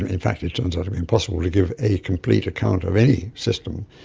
in fact it turns out impossible to give a complete account of any system.